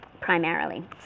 primarily